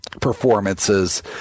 performances